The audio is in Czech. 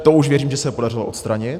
To už věřím, že se podařilo odstranit.